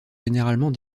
généralement